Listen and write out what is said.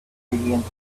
ingredients